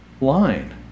line